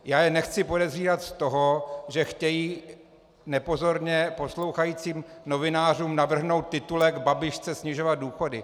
Já je nechci podezřívat z toho, že chtějí nepozorně poslouchajícím novinářům navrhnout titulek: Babiš chce snižovat důchody.